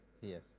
Yes